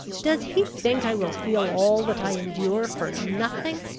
does he think i will feel all that i endure for nothing?